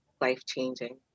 life-changing